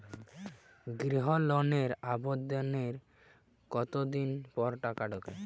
গৃহ লোনের আবেদনের কতদিন পর টাকা ঢোকে?